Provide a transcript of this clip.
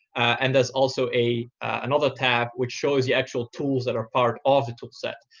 and there's also a another tab, which shows the actual tools that are part of the toolset.